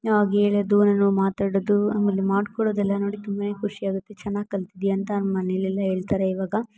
ಹಾಗ್ ಹೇಳದು ನಾನು ಮಾತಾಡೋದು ಆಮೇಲೆ ಮಾಡಿಕೊಳ್ಳೋದೆಲ್ಲ ನೋಡಿ ತುಂಬ ಖುಷಿ ಆಗುತ್ತೆ ಚೆನ್ನಾಗಿ ಕಲ್ತಿದೀಯ ಅಂತ ನಮ್ಮ ಮನೇಲೆಲ್ಲ ಹೇಳ್ತರೆ ಇವಾಗ